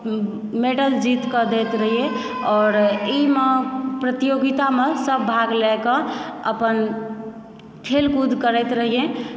medal जीतकऽ दैत रहियै आओर ईमऽ प्रतियोगितामऽ सभ भाग लएकऽ अपन खेलकूद करैत रहियै